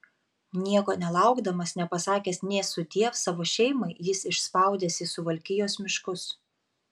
nieko nelaukdamas nepasakęs nė sudiev savo šeimai jis išspaudęs į suvalkijos miškus